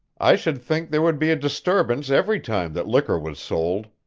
i should think there would be a disturbance every time that liquor was sold,